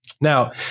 Now